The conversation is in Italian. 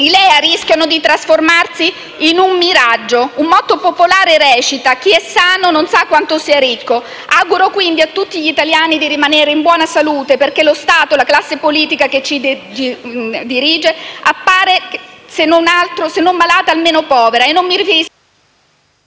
I LEA rischiano di trasformarsi in un miraggio. Un motto popolare recita: «Chi è sano non sa quanto sia ricco». Auguro quindi a tutti gli italiani di rimanere in buona salute, perché lo Stato e la classe politica che ci dirige appaiono se non malati, almeno poveri.